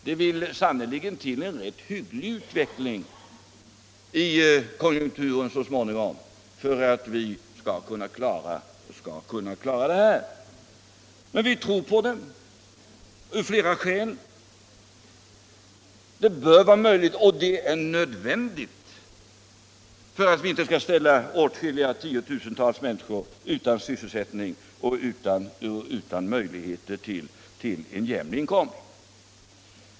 Det vill sannerligen till en rätt hygglig konjunkturutveckling så småningom för att vi skall kunna klara detta. Men vi tror på möjligheterna av flera skäl. Det bör vara möjligt, och det är nödvändigt för att vi inte skall ställa åtskilliga tiotusentals människor utan sysselsättning och möjligheter till jämn inkomst.